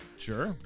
Sure